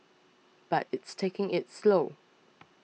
but it's taking it slow